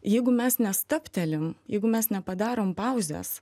jeigu mes nestabtelim jeigu mes nepadarom pauzės